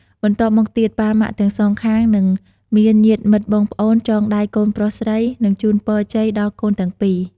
បន្ទាប់់មកទៀតប៉ាម៉ាក់ទាំងសងខាង និងមានញាតិមិត្តបងប្អូនចងដៃកូនប្រុសស្រី និងជូនពរជ័យដល់កូនទាំងពីរ។